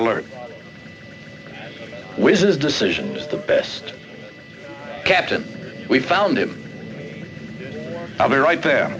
alert with this decision the best captain we found him i'll be right there